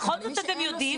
בכל זאת אתם יודעים.